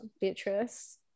Beatrice